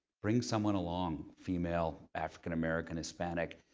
bring someone along, female, african american, hispanic,